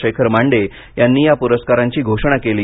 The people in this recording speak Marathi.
शेखर मांडे यांनी या पुरस्कारांची घोषणा केली